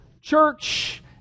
church